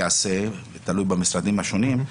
תלוי במשרדים השונים,